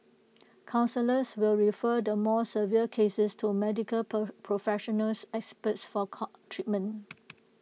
counsellors will refer the more severe cases to medical professional experts for treatment